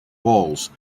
walls